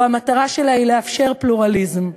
או שהמטרה שלה היא לאפשר פלורליזם?